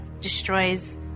destroys